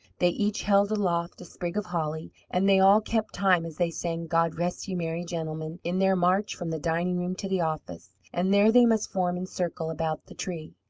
they each held aloft a sprig of holly, and they all kept time as they sang, god rest you, merry gentlemen, in their march from the dining-room to the office. and there they must form in circle about the tree,